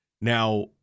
Now